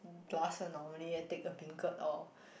last one normally I take a beancurd or